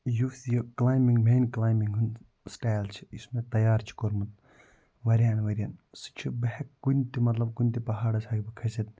یُس یہِ climbing main climbing ہُنٛد سِٹایِل چھِ یُس مےٚ تیار چھِ کوٚرمُت واریاہَن ؤری یَن سُہ چھِ بہٕ ہٮ۪کہٕ کُنہِ تہِ مطلب کُنہِ تہِ پہاڑَس ہٮ۪کہٕ بہٕ کھسِتھ